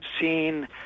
seen